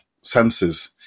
senses